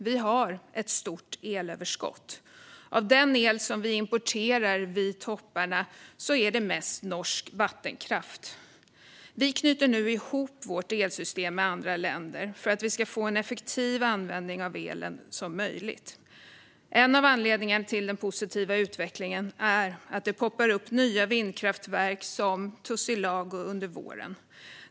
Vi har ett stort elöverskott, och den el som vi importerar vid topparna är mest norsk vattenkraft. Vi knyter nu ihop vårt elsystem med andra länder för att vi ska få en så effektiv användning av elen som möjligt. En av anledningarna till den positiva utvecklingen är att det poppar upp nya vindkraftverk som tussilago under våren.